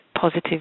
positive